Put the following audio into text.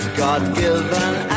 god-given